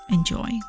Enjoy